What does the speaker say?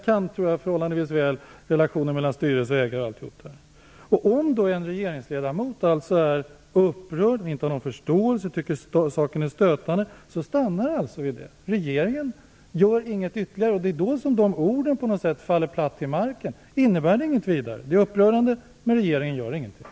Jag känner förhållandevis väl till relationerna mellan styrelse och ägare osv. Om en regeringsledamot är upprörd, inte har någon förståelse eller tycker att saken är stötande stannar det alltså vid det, och regeringen gör inget ytterligare. Orden faller då platt till marken, och det innebär att det inte blir något mer. Trots att det är upprörande, gör regeringen inget mer.